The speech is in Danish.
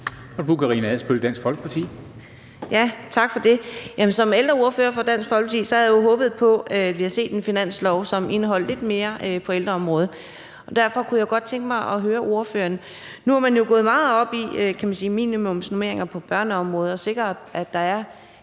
Som ældreordfører for Dansk Folkeparti havde jeg jo håbet på, at vi havde set en finanslov, som indeholdt lidt mere på ældreområdet. Derfor kunne jeg godt tænke mig at høre ordføreren: Nu har man jo gået meget op i minimumsnormeringer på børneområdet og at sikre, at der er